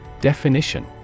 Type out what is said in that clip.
Definition